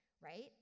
right